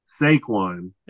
Saquon